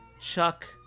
Chuck